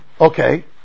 Okay